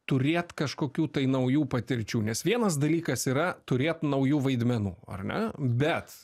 turėt kažkokių tai naujų patirčių nes vienas dalykas yra turėt naujų vaidmenų ar ne bet